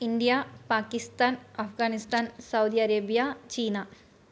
India Pakistan Afghanistan Saudi Arabia China